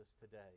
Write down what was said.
today